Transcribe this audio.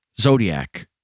Zodiac